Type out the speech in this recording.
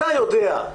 אתה יודע,